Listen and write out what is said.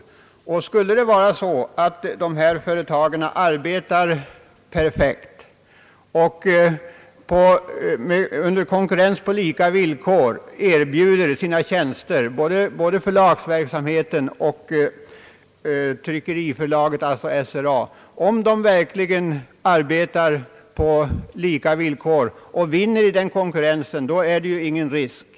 Skulle det vara så att dessa företag — alltså både förlagsverksamheten och tryckeriföretaget — verkligen arbetar perfekt och i konkurrens på lika villkor erbjuder sina tjänster och vinner i den konkurrensen, kan man inte tala om en sådan risk.